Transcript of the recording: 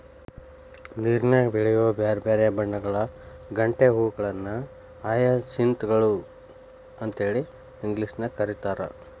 ನೇರನ್ಯಾಗ ಬೆಳಿಯೋ ಬ್ಯಾರ್ಬ್ಯಾರೇ ಬಣ್ಣಗಳ ಗಂಟೆ ಹೂಗಳನ್ನ ಹಯಸಿಂತ್ ಗಳು ಅಂತೇಳಿ ಇಂಗ್ಲೇಷನ್ಯಾಗ್ ಕರೇತಾರ